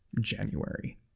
January